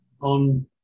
on